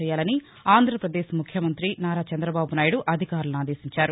చేయాలవి అంధ్రావదేక్ ముఖ్యమంతి నారా చంద్రబాబు నాయుడు అధికారులను ఆదేశించారు